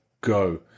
go